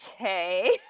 okay